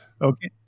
Okay